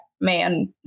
man